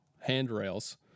handrails